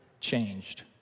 changed